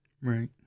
Right